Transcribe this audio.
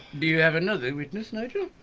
do you have another witness, nigel?